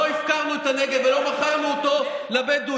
לא הפקרנו את הנגב ולא מכרנו אותו לבדואים,